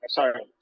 Sorry